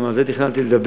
גם על זה תכננתי לדבר,